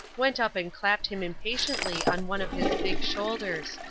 went up and clapped him impatiently on one of his big shoulders.